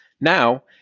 Now